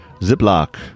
Ziploc